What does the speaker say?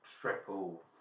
triple